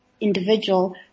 individual